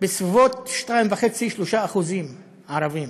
בסביבות 2.5% 3% ערבים,